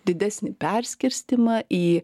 didesnį perskirstymą į